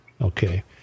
okay